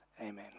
amen